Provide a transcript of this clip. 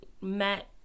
met